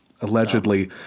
allegedly